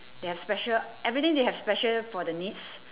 they have special everything they have special for the needs